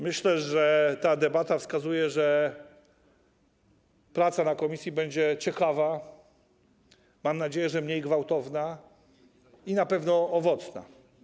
Myślę, że ta debata wskazuje, że praca w komisji będzie ciekawa, mam nadzieję, że mniej gwałtowna i na pewno owocna.